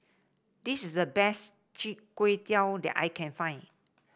this is the best Chi Kak Kuih that I can find